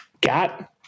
got